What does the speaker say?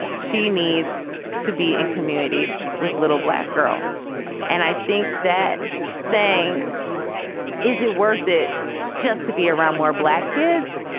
she needs to be in community with little black girls and i think that saying is it worth it just to be around more black kids?